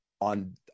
on